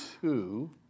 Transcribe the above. two